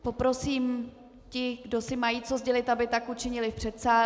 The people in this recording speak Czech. Poprosím, ty kdo si mají co sdělit, aby tak učinili v předsálí.